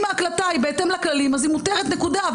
אם היא בהתאם לכללים, היא מותרת, נקודה.